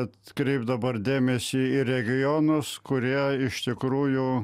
atkreipt dabar dėmesį į regionus kurie iš tikrųjų